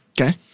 Okay